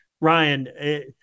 Ryan